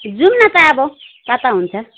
जाऔँ न त अब कता हुन्छ